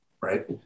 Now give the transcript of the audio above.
right